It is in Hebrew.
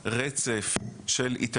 עם מחברת ועם ספר והם יוצאים כשהם לא יודעים